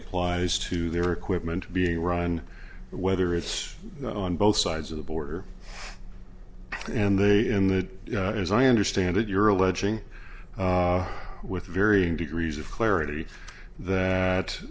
applies to their equipment being run whether it's on both sides of the border and they in the as i understand it you're alleging with varying degrees of clarity that